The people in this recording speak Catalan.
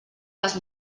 les